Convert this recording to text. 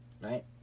right